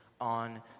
on